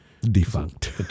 Defunct